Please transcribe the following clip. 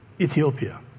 Ethiopia